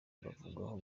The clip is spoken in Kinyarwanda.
bavugwaho